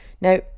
Now